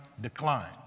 decline